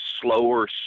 slower